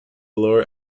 lower